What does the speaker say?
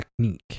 technique